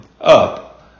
up